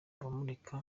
bamurika